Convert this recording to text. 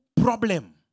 problem